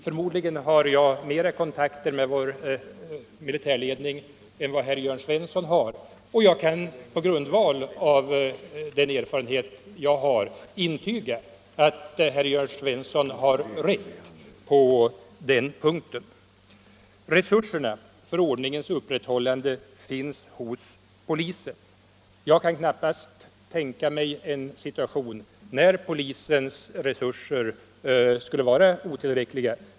Förmodligen har jag mer kontakt med vår militärledning än herr Jörn Svensson har, och jag kan — på grundval av den erfarenhet jag har — intyga att herr Jörn Svensson har rätt på den punkten. Resurserna för ordningens upprätthållande finns hos polisen. Jag kan knappast tänka mig en situation där polisens resurser i detta avseende skulle vara otillräckliga.